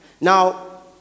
Now